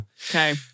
Okay